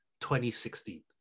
2016